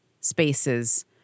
spaces